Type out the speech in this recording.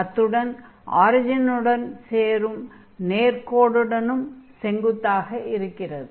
அத்துடன் ஆரிஜினுடன் சேர்க்கும் நேர்க்கோடுடனும் செங்குத்தாக இருக்கிறது